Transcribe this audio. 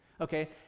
okay